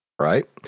right